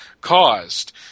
caused